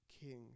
king